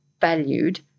valued